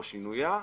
או שינויה,